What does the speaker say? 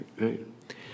right